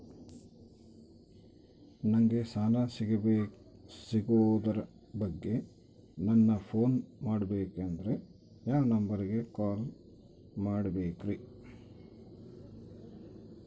ನಂಗೆ ಸಾಲ ಸಿಗೋದರ ಬಗ್ಗೆ ನನ್ನ ಪೋನ್ ಮಾಡಬೇಕಂದರೆ ಯಾವ ನಂಬರಿಗೆ ಕಾಲ್ ಮಾಡಬೇಕ್ರಿ?